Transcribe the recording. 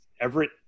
Everett